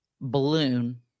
balloon